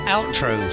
Outro